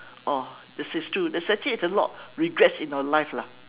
oh this is true there's actually it's a lot of regrets in our life lah